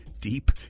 deep